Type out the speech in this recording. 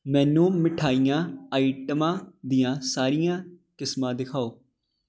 ਮੈਨੂੰ ਮਿਠਾਈਆਂ ਆਈਟਮਾਂ ਦੀਆਂ ਸਾਰੀਆਂ ਕਿਸਮਾਂ ਦਿਖਾਓ